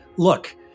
Look